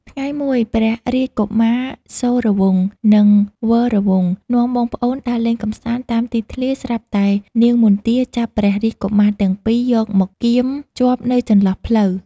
ថ្ងៃមួយ ព្រះរាជកុមារសូរវង្ស និងវរវង្ស នាំបងប្អូនដើរលេងកម្សាន្តតាមទីធ្លាស្រាប់តែនាងមន្ទាចាប់ព្រះរាជកុមារទាំងពីរ យកមកគាមជាប់នៅចន្លោះភ្លៅ។